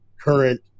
current